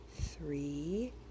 three